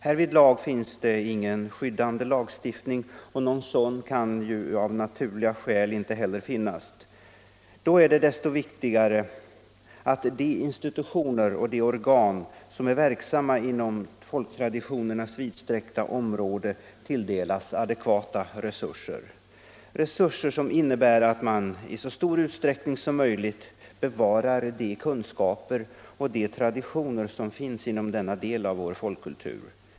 Härvidlag finns ingen skyddande lagstiftning, och någon sådan kan av naturliga skäl inte heller finnas. Desto viktigare är det därför, att de institutioner och organ som är verksamma inom folktraditionernas vidsträckta område tilldelas adekvata resurser, som innebär att man i så stor utsträckning som möjligt bevarar de kunskaper och traditioner som finns inom denna del av vår folkkultur.